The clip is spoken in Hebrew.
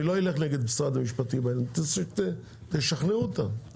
אני לא אלך נגד משרד המשפטים, תשכנעו אותם.